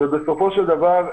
בסופו של דבר,